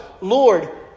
Lord